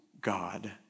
God